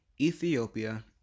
Ethiopia